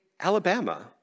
Alabama